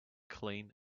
clean